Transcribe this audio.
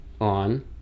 on